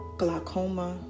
glaucoma